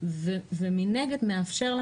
ומנגד מאפשר לנו,